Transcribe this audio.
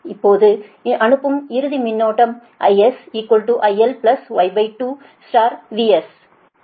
இதேபோல் அனுப்பும் இறுதி மின்னோட்டம் IS IL Y2 VS